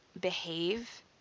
behave